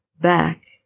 back